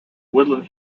woodland